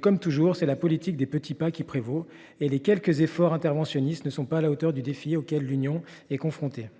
comme toujours, cependant, la politique des petits pas prévaut et les quelques efforts interventionnistes ne sont pas à la hauteur des défis auxquels nous sommes confrontés.